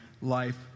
life